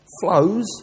flows